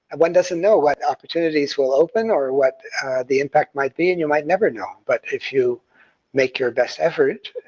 one doesn't know what opportunities will open, or what the impact might be, and you might never know. but if you make your best effort